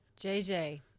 JJ